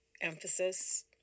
emphasis